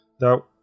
Now